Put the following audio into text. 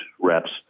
reps